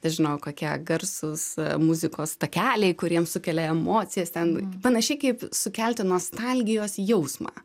nežinau kokie garsūs muzikos takeliai kuriems sukelia emocijas ten panašiai kaip sukelti nostalgijos jausmą